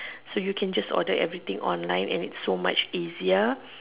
so you can just order everything online and its so much easier